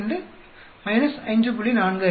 02 5